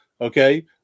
Okay